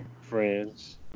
Friends